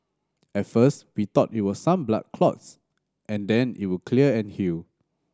at first we thought it was some blood clots and then it would clear and heal